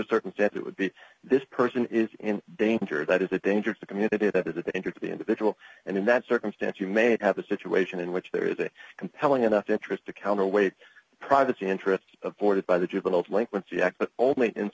circumstance it would be this person is in danger that is a danger to the community that is a danger to the individual and in that circumstance you may have a situation in which there is a compelling enough interest to counterweight privacy interests aborted by the juvenile delinquen